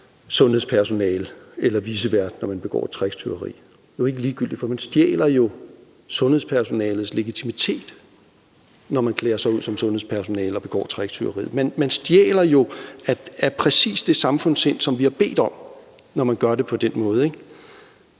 sundhedspersonale eller vicevært, når man begår et tricktyveri. Det er ikke ligegyldigt, for man stjæler jo sundhedspersonalets legitimitet, når man klæder sig ud som sundhedspersonale og begår tricktyveriet. Man stjæler jo af præcis det samfundssind, som vi har bedt om, når man gør det på den måde,